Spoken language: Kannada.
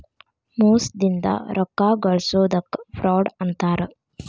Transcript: ಮೋಸದಿಂದ ರೊಕ್ಕಾ ಗಳ್ಸೊದಕ್ಕ ಫ್ರಾಡ್ ಅಂತಾರ